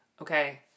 Okay